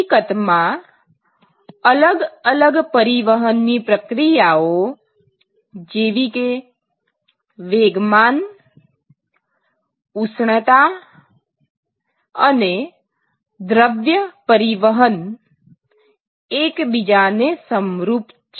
હકીકતમાં અલગ અલગ પરિવહનની પ્રક્રિયાઓ જેવીકે વેગમાન ઉષ્ણતા અને દ્રવ્ય પરિવહન એકબીજાને સમરૂપ છે